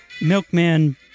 Milkman